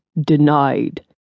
denied